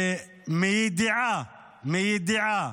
שמידיעה, מידיעה,